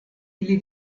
ili